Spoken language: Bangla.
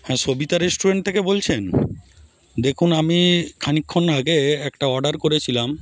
হ্যাঁ সবিতা রেস্টুরেন্ট থেকে বলছেন দেখুন আমি খানিক্ষন আগে একটা অর্ডার করেছিলাম